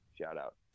shout-out